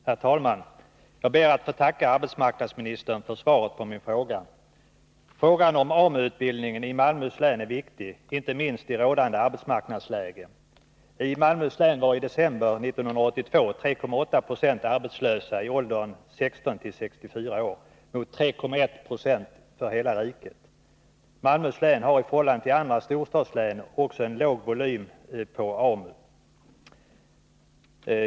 Herr talman! Jag ber att få tacka arbetsmarknadsministern för svaret på min fråga. Frågan om AMU-verksamheten i Malmöhus län är viktig, inte minst i rådande arbetsmarknadsläge. I länet var i december 1982 3,8 20 arbetslösa i åldern 16-64 år mot 3,1 26 för hela riket. Malmöhus län har i förhållande till andra storstadslän också en låg volym AMU.